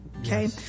okay